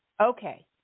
Okay